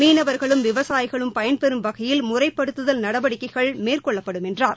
மீனவர்களும் விவசாயிகளும் பயன்பெறும் வகையில் முறைப்படுத்துதல் நடவடிக்கைகள் மேற்கொள்ளப்படும் என்றார்